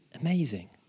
amazing